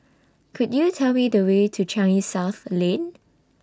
Could YOU Tell Me The Way to Changi South Lane